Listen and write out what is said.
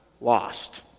lost